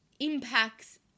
impacts